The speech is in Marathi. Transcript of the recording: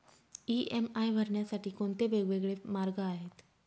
इ.एम.आय भरण्यासाठी कोणते वेगवेगळे मार्ग आहेत?